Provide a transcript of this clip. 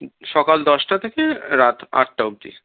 সকাল দশটা থেকে রাত আটটা অবদি